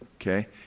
Okay